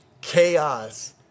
chaos